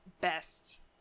best